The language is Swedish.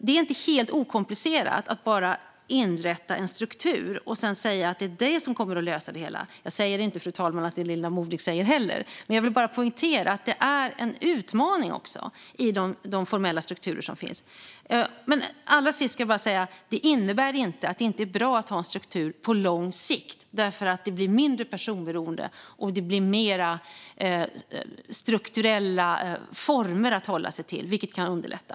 Det är inte helt okomplicerat eller att bara inrätta en struktur och sedan säga att det är detta som kommer att lösa det hela. Jag säger inte att det är vad Linda Modig säger heller, men jag vill poängtera att det också är en utmaning i de formella strukturer som finns. Allra sist ska jag säga att det inte innebär att det inte är bra att ha en struktur på lång sikt, för det blir mindre personberoende och mer strukturella former att hålla sig till, vilket kan underlätta.